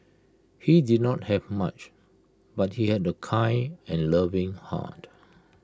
he did not have much but he had A kind and loving heart